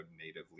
natively